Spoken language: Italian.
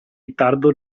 ritardo